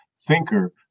thinker